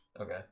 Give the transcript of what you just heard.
Okay